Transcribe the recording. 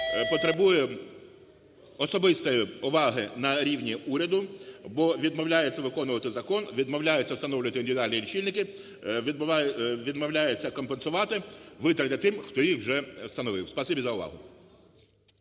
потребує особистої уваги на рівні уряду, бо відмовляються виконувати закон, відмовляються встановлювати індивідуальні лічильники, відмовляються компенсувати витрати тим, хто їх вже встановив. Спасибі за увагу.